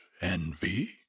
envy